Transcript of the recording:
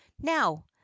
now